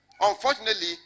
Unfortunately